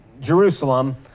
Jerusalem